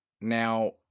Now